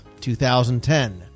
2010